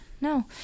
no